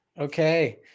Okay